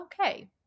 okay